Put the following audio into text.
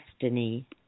destiny